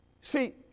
See